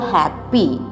happy